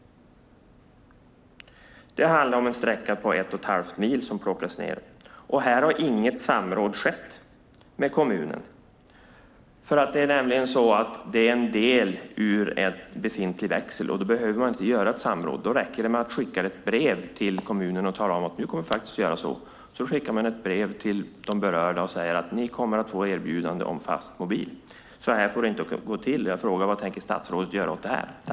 Det handlar om en sträcka på en och en halv mil där befintligt nät plockas ned. Här har inget samråd skett med kommunen. Eftersom det gäller en del av befintlig växel behövs inget samråd, utan då räcker det med att skicka ett brev till kommunen där man talar om hur man kommer att göra. Brev skickas också till berörda där det står: Ni kommer att få erbjudande om fastmobil. Så får det inte gå till! Vad tänker statsrådet göra åt detta?